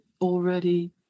already